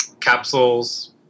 capsules